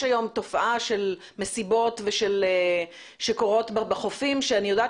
יש היום תופעה של מסיבות שקורות בחופים שאני יודעת